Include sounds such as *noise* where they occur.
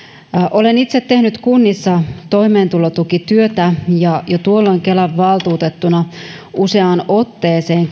olen itse tehnyt kunnissa toimeentulotukityötä ja jo tuolloin kelan valtuutettuna useaan otteeseen *unintelligible*